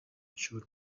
ishuli